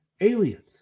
aliens